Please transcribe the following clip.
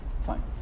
fine